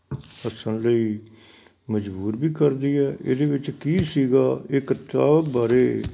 ਹੱਸਣ ਲਈ ਮਜ਼ਬੂਰ ਵੀ ਕਰਦੀ ਹੈ ਇਹਦੇ ਵਿੱਚ ਕੀ ਸੀਗਾ ਇਹ ਕਿਤਾਬ ਬਾਰੇ